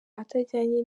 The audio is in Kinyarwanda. atajyanye